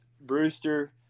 Brewster